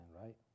right